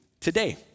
today